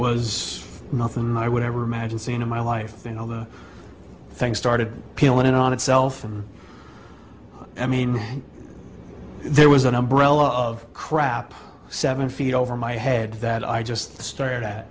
was nothing i would ever imagine seeing in my life and all the things started peeling in on itself and i mean there was an umbrella of crap seven feet over my head that i just stared at